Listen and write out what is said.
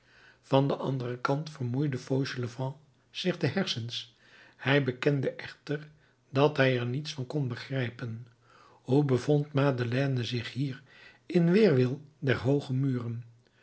van den anderen kant vermoeide fauchelevent zich de hersens hij bekende echter dat hij er niets van kon begrijpen hoe bevond madeleine zich hier in weerwil der hooge muren